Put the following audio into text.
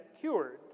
cured